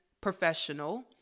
professional